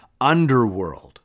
underworld